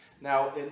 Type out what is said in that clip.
Now